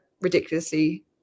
ridiculously